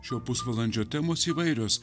šio pusvalandžio temos įvairios